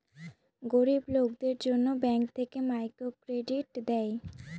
গরিব লোকদের জন্য ব্যাঙ্ক থেকে মাইক্রো ক্রেডিট দেয়